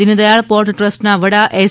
Deendayal port ટ્રસ્ટના વડા S